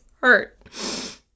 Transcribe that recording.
hurt